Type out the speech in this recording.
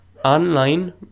online